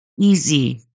easy